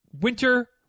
winter